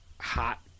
hot